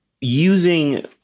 Using